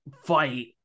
fight